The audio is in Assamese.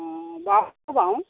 বাৰু